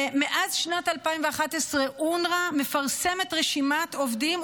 מאז שנת 2011 אונר"א מפרסמת רשימת עובדים,